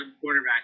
quarterback